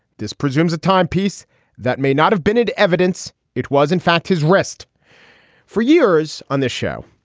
this presumes a time piece that may not have been in evidence. it was, in fact, his rest for years on this show.